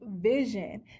vision